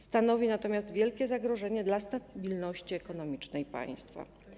Stanowi natomiast wielkie zagrożenie dla stabilności ekonomicznej państwa.